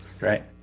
Right